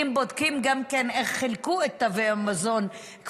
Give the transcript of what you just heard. אם בודקים גם איך חילקו את תווי המזון עד עכשיו,